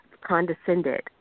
condescended